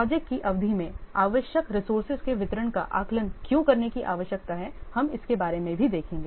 project की अवधि में आवश्यक रिसोर्सेज के वितरण का आकलन क्यों करने की आवश्यकता है हम इसके बारे में भी देखेंगे